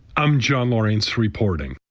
i'm john lawrence reporting.